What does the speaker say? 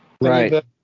Right